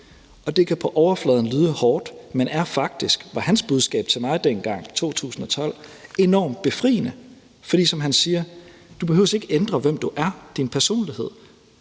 Det kan på overfladen lyde hårdt, men er faktisk, var hans budskab til mig dengang i 2012, enormt befriende, for som han siger: Du behøver ikke ændre, hvem du er og din personlighed.